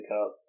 Cup